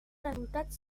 resultats